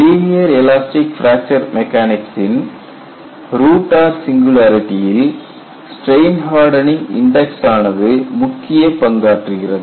linear elastic fracture மெக்கானிக்சின் r சிங்குலரிடியில் strain hardening index ஆனது முக்கிய பங்காற்றுகிறது